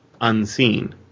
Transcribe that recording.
unseen